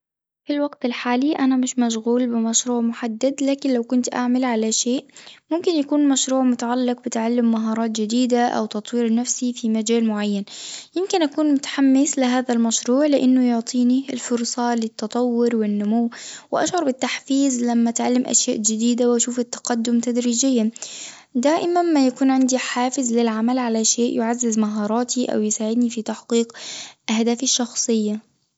في الوقت الحالي أنا مش مشغول بمشروع محدد لكن لو كنت أعمل على شيء ممكن يكون مشروع متعلق بتعليم مهارات جديدة أو تطوير نفسي في مجال معين يمكن أكون متحمس لهذا المشروع لإنه يعطيني الفرصة للتطور والنمو وأشعر بالتحفيز لما أتعلم أشياء جديدة وأشوف التقدم تدريجيًا، دائمًا ما يكون عندي حافز للعمل على شئ يعزز مهاراتي أو يساعدني في تحقيق أهدافي الشخصية.